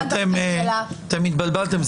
אתם התבלבלתם,